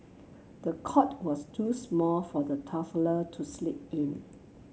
the cot was too small for the toddler to sleep in